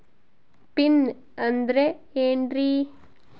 Pin ಅಂದ್ರೆ ಏನ್ರಿ?